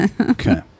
Okay